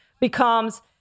becomes